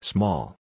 Small